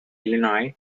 illinois